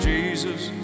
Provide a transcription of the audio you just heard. Jesus